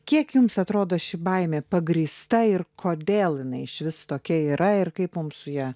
kiek jums atrodo ši baimė pagrįsta ir kodėl jinai išvis tokia yra ir kaip mums su ja